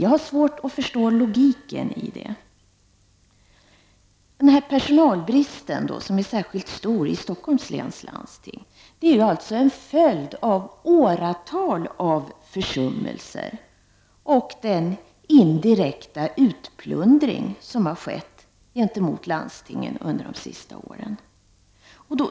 Jag har svårt att förstå logiken i detta. Personalbristen, som är särskilt stor i Stockholms läns landsting, är en följd av åratal av försummelser och den indirekta utplundring som har skett gentemot landstingen under de senaste åren.